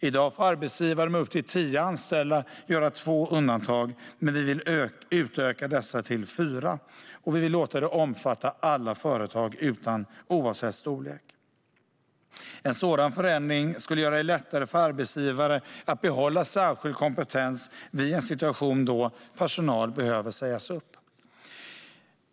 I dag får arbetsgivare med upp till tio anställda göra två undantag, men vi vill alltså utöka detta till fyra och låta det omfatta alla företag, oavsett storlek. En sådan förändring skulle göra det lättare för arbetsgivare att behålla särskild kompetens i en situation då personal behöver sägas upp.